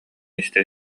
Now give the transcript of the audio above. истэ